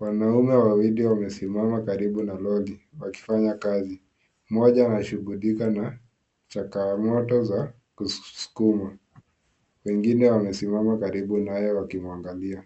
Wanaume wawili wamesimama karibu na lori wakifanya kazi. Mmoja anshughulika na changamoto ya kusukuma. Wengine wamesimama karibu nayo wakimwangalia.